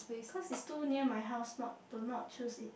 cause it's too near my house not to not choose it